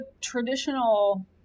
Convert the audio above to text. traditional